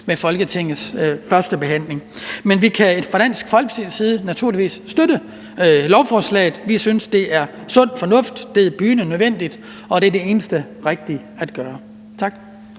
med Folketingets førstebehandling. Men vi kan fra Dansk Folkepartis side naturligvis støtte lovforslaget. Vi synes, at det er sund fornuft, at det er bydende nødvendigt, og at det er det eneste rigtige at gøre. Tak.